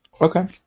Okay